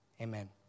Amen